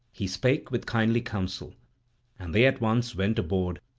he spake with kindly counsel and they at once went aboard,